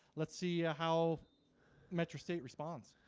let's see how metro state responds.